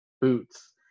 boots